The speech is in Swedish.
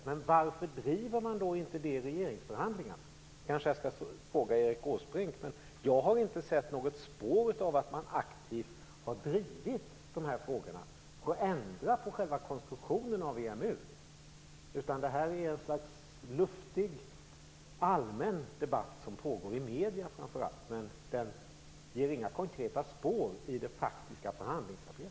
Men varför driver de inte detta vid regeringsförhandlingarna? Det kanske jag skall fråga Erik Åsbrink. Jag har inte sett ett spår av att man aktivt har drivit dessa frågor om att ändra på själva konstruktionen av EMU. Detta är något slags allmän debatt som pågår framför allt i medierna, men den ger inga konkreta spår i det faktiska förhandlingsarbetet.